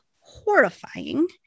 horrifying